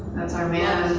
that's our man.